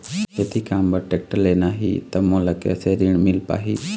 खेती काम बर टेक्टर लेना ही त मोला कैसे ऋण मिल पाही?